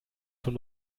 von